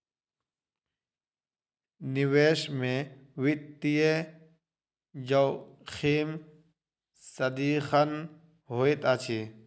निवेश में वित्तीय जोखिम सदिखन होइत अछि